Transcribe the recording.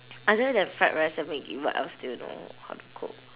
other than fried rice and maggi what else do you know how to cook